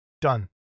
done